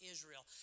Israel